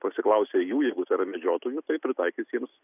pasiklausę jų jeigu tai yra medžiotojų tai pritaikys jiems